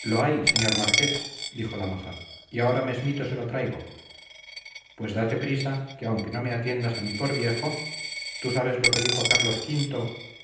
lo hay señor marqués dijo la moza y ahora mesmito se lo traigo pues date prisa que aunque no me atiendas a mí por viejo tú sabes lo que dijo carlos v